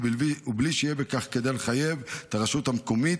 ובלי שיהיה בכך כדי לחייב את הרשות המקומית